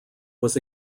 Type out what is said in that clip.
was